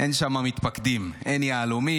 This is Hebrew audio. אין שם מתפקדים, אין יהלומים.